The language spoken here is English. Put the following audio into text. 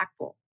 impactful